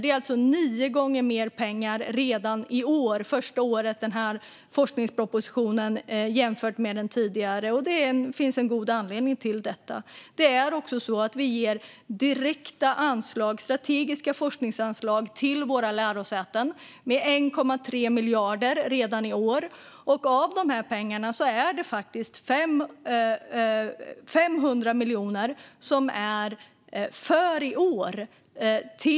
Forskningspropositionen innehåller alltså nio gånger mer pengar redan första året jämfört med den tidigare, och det finns en god anledning till detta. Vi ger också direkta strategiska forskningsanslag på 1,3 miljarder till våra lärosäten redan i år, varav 500 miljoner för i år.